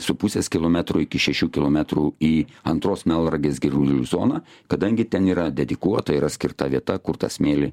su pusės kilometrų iki šešių kilometrų į antros melnragės girulių zoną kadangi ten yra dedikuota yra skirta vieta kur tą smėlį